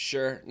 Sure